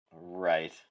Right